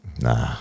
nah